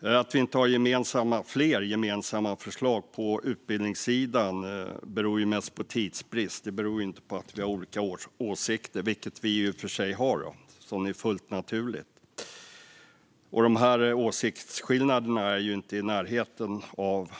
Att vi inte har fler gemensamma förslag på utbildningssidan beror mest på tidsbrist. Det beror inte på att vi har olika åsikter, vilket vi i och för sig har, vilket är fullt naturligt. De åsiktsskillnaderna är inte i närheten av